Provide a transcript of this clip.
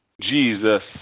Jesus